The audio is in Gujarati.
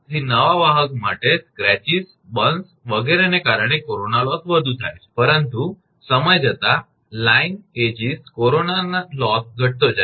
તેથી નવા વાહક માટે સ્ક્રેચ બર્ન્સ વગેરેને કારણે કોરોના લોસ વધુ થાય છે પરંતુ સમય જતાં લાઇન વયના કોરોના લોસ ઘટતો જાય છે